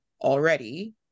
already